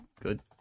good